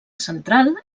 central